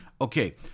Okay